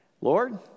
Lord